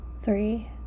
three